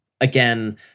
again